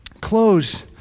close